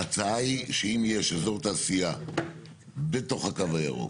ההצעה היא שאם יש אזור תעשייה בתוך הקו הירוק,